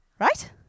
Right